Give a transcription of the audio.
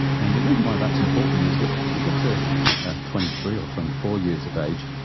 and the reason why that's important is that if you get to ah twenty three or twenty four years of age,